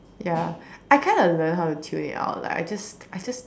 ya I kind of learnt how to tune it out I just I just